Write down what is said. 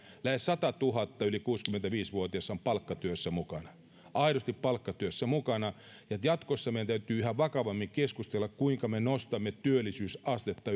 lähes satatuhatta yli kuusikymmentäviisi vuotiasta on palkkatyössä mukana aidosti palkkatyössä mukana jatkossa meidän täytyy yhä vakavammin keskustella kuinka me nostamme työllisyysastetta